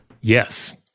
yes